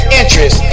interest